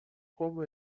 como